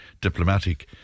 diplomatic